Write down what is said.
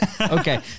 Okay